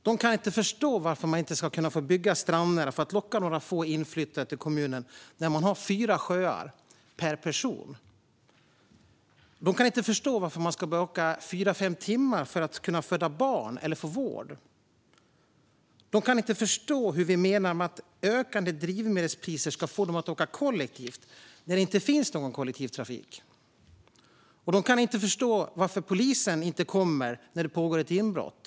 De kan inte förstå varför man inte ska kunna få bygga strandnära för att locka några få inflyttare till kommunen när man har fyra sjöar per person. De kan inte förstå varför man ska behöva åka fyra fem timmar för att föda barn eller få vård. De kan inte förstå hur vi menar att ökande drivmedelspriser ska få dem att åka kollektivt när det inte finns någon kollektivtrafik. De kan inte förstå varför polisen inte kommer när det pågår ett inbrott.